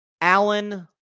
Allen